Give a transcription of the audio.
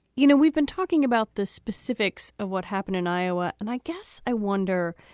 you know, we've been talking about the specifics of what happened in iowa. and i guess i wonder,